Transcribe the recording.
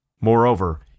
Moreover